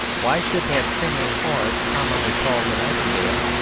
why should that singing horse commonly called the nightingale,